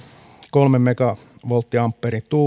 kolmen megavolttiampeerin